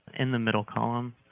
in the middle column,